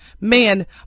man